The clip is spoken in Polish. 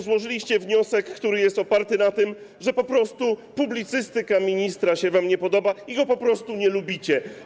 Złożyliście wniosek, który jest oparty na tym, że po prostu publicystyka ministra się wam nie podoba i po prostu go nie lubicie.